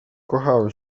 kochałem